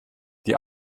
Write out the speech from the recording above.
die